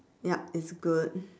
yup it's good